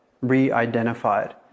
re-identified